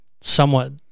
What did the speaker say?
somewhat –